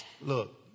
Look